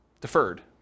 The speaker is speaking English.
Deferred